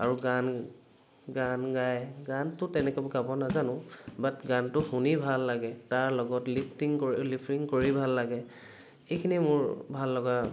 আৰু গান গান গাই গানটো তেনেকে গাব নাজানো বাট গানটো শুনি ভাল লাগে তাৰ লগত লিফটিং কৰি লিপিং কৰি ভাল লাগে এইখিনিয়েই মোৰ ভাল লগা